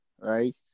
right